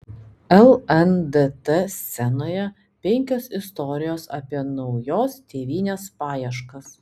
lndt scenoje penkios istorijos apie naujos tėvynės paieškas